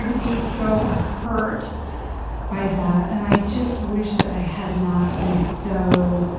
and he was so hurt by that, and i just wish that i had not been so